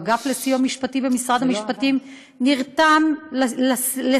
האגף לסיוע משפטי במשרד המשפטים נרתם לסייע,